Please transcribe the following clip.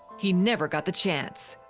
he never got the chance.